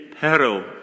peril